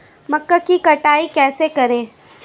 मक्का की कटाई कैसे करें?